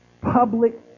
public